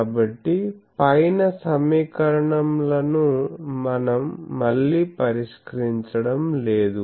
కాబట్టి పైన సమీకరణం లను మనం మళ్ళీ పరిష్కరించడం లేదు